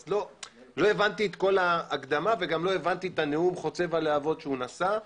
אז לא הבנתי את כל ההקדמה ואת הנאום חוצב הלהבות שנשא.